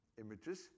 images